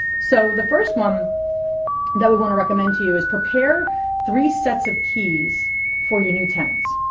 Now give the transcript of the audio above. so the first one that we want to recommend to you is prepare three sets of keys for your new tenants.